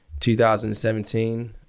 2017